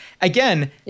again